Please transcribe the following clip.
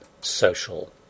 social